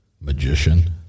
Magician